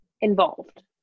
involved